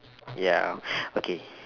ya okay